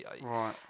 Right